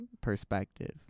perspective